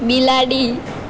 બિલાડી